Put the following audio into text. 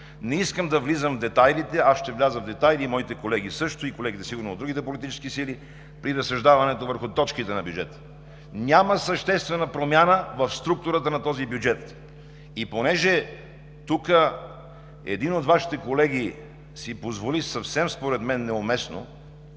не искам да влизам в детайлите, аз ще вляза в детайли, и моите колеги също, и сигурно колегите от другите политически сили, при разсъждаването върху точките на бюджета. Няма съществена промяна в структурата на този бюджет! Понеже тук един от Вашите колеги си позволи според мен съвсем неуместно